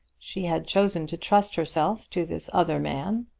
she had chosen to trust herself to this other man,